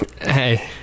Hey